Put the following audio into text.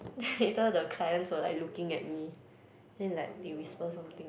later the clients were like looking at me then like they whisper something